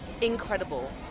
incredible